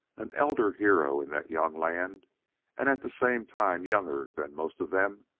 an elder hero in that young land and at the same time younger than most of them,